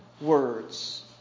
words